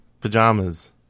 pajamas